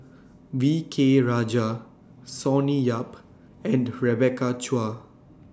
V K Rajah Sonny Yap and Rebecca Chua